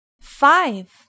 five